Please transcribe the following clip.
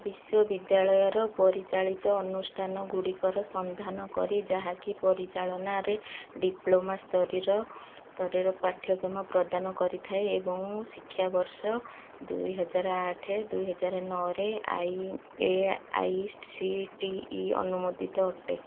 ବିଶ୍ୱବିଦ୍ୟାଳୟ ପରିଚାଳିତ ଅନୁଷ୍ଠାନ ଗୁଡ଼ିକର ସନ୍ଧାନ କର ଯାହାକି ପରିଚାଳନାରେ ଡିପ୍ଲୋମା ସ୍ତରୀୟ ପାଠ୍ୟକ୍ରମ ପ୍ରଦାନ କରିଥାଏ ଏବଂ ଶିକ୍ଷାବର୍ଷ ଦୁଇହଜାର ଆଠ ଦୁଇହଜାର ନଅ ରେ A I C T E ଅନୁମୋଦିତ ଅଟେ